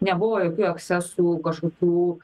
nebuvo jokių ekscesų kažkokių